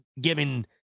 giving